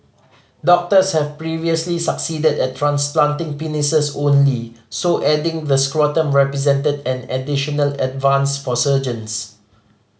doctors have previously succeeded at transplanting penises only so adding the scrotum represented an additional advance for surgeons